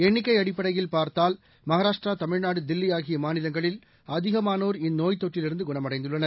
எண்ணிக்கைஅடிப்படையில் பார்த்தால் மஹாராஷ்டிரா தமிழ்நாடு தில்லிஆகியமாநிலங்களில் அதிகமானோர் இந்நோய்த் தொற்றிலிருந்துகுணமடைந்துள்ளனர்